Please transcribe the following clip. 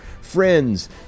friends